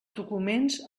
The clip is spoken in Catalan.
documents